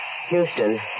Houston